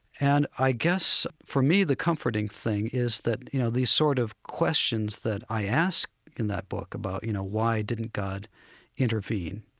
and i guess for me the comforting thing is that, you know, these sort of questions that i asked in that book about, you know, why didn't god intervene,